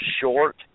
short